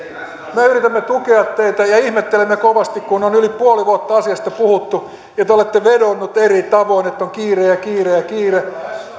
me yritämme tukea teitä ja ihmettelemme kovasti kun on yli puoli vuotta asiasta puhuttu ja te te olette vedonneet eri tavoin että on kiire ja kiire ja kiire